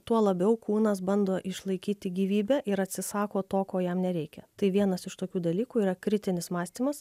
tuo labiau kūnas bando išlaikyti gyvybę ir atsisako to ko jam nereikia tai vienas iš tokių dalykų yra kritinis mąstymas